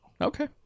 Okay